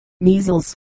measles